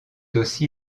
aussi